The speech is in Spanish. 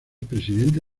presidente